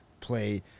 play